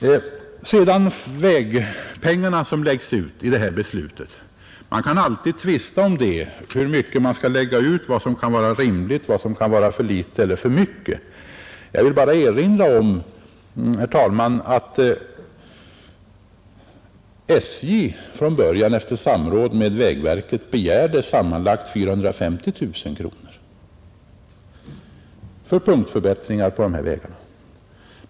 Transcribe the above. Vad beträffar de vägpengar som läggs ut enligt detta beslut kan man alltid tvista om vad som är rimligt att lägga ut, vad som kan vara för litet eller för mycket. Jag vill bara erinra om att SJ från början, efter samråd med vägverket, begärde sammanlagt 450 000 kronor för punktförbättringar på dessa vägar.